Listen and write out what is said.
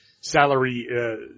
salary